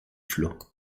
flots